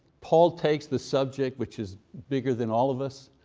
paul takes the subject, which is bigger than all of us,